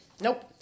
Nope